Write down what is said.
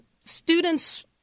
students